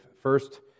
First